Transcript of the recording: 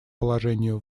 положению